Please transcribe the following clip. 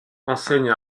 enseigne